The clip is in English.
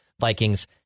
Vikings